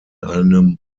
einem